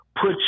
Put